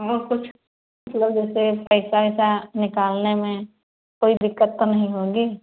और कुछ मतलब जैसे पैसा वैसा निकलने में कोई दिक़्क़त तो नहीं होगी